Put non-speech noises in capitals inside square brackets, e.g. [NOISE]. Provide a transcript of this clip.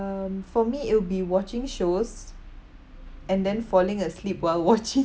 um for me it'll be watching shows and then falling asleep while watching [LAUGHS]